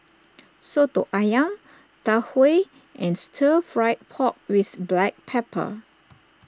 Soto Ayam Tau Huay and Stir Fried Pork with Black Pepper